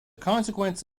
consequence